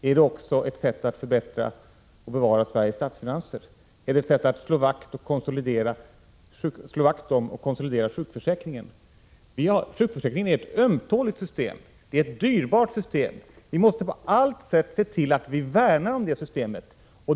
Är det också ett sätt att förbättra och bevara Sveriges statsfinanser? Är det ett sätt att slå vakt om och konsolidera sjukförsäkringen? Sjukförsäkringen är ett ömtåligt och dyrbart system. Vi måste på alla sätt se till att vi värnar om det systemet.